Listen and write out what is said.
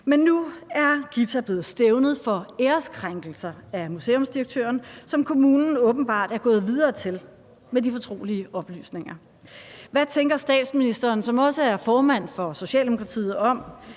Men nu er Githa blevet stævnet for æreskrænkelser af museumsdirektøren, som kommunen åbenbart er gået videre til med de fortrolige oplysninger. Hvad tænker statsministeren, som også er formand for Socialdemokratiet, om,